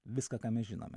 viską ką mes žinome